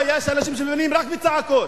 לא, יש אנשים שמבינים רק בצעקות.